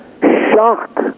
shock